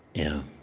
yeah.